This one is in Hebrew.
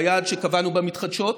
ביעד שקבענו במתחדשות.